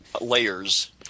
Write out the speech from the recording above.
layers